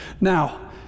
now